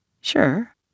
sure